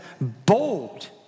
bold